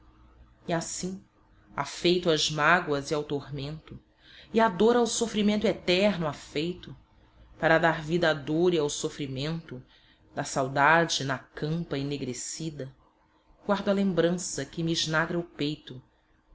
e assim afeito às mágoas e ao tormento e à dor e ao sofrimento eterno afeito para dar vida à dor e ao sofrimento da saudade na campa enegrecida guardo a lembrança que me snagra o peito